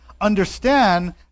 understand